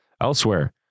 Elsewhere